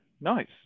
nice